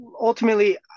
ultimately